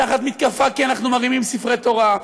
תחת מתקפה שאנחנו מרימים ספרי תורה,